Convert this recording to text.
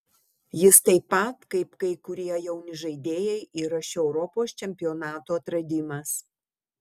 jis taip pat kaip kai kurie jauni žaidėjai yra šio europos čempionato atradimas